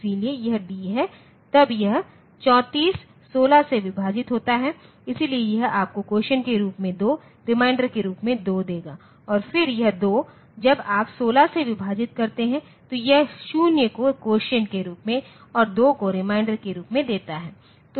इसलिए यह D है तब यह 34 16 से विभाजित होता है इसलिए यह आपको कोसिएंट के रूप में 2 और रिमाइंडर के रूप में 2 देगा और फिर यह 2 जब आप 16 से विभाजित करते हैं तो यह 0 को कोसिएंट के रूप में और 2 को रिमाइंडर के रूप में देता है